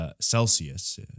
Celsius